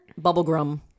Bubblegum